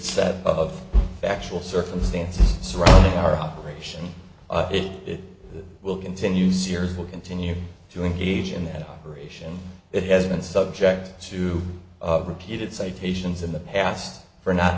set of factual circumstances surrounding our operation it will continue sears will continue to engage in that aeration it has been subject to repeated citations in the past for not